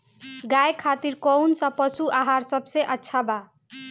गाय खातिर कउन सा पशु आहार सबसे अच्छा बा?